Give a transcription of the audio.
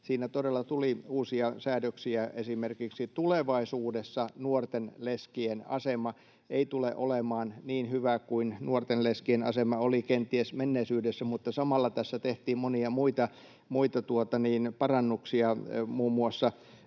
siinä todella tuli uusia säädöksiä. Esimerkiksi tulevaisuudessa nuorten leskien asema ei tule olemaan niin hyvä kuin nuorten leskien asema kenties oli menneisyydessä, mutta samalla tässä tehtiin monia parannuksiakin muun muassa